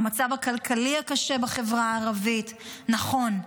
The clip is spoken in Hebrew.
המצב הכלכלי הקשה בחברה הערבית, נכון.